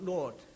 Lord